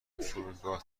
فرودگاه